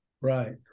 Right